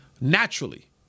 naturally